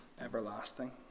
everlasting